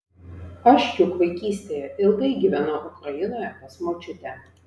aš juk vaikystėje ilgai gyvenau ukrainoje pas močiutę